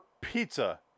pizza